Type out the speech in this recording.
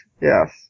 Yes